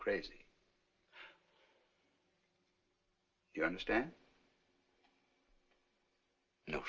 crazy you understand no